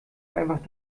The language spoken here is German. einfach